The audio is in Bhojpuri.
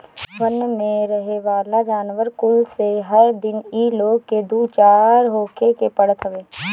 वन में रहेवाला जानवर कुल से हर दिन इ लोग के दू चार होखे के पड़त हवे